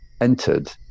entered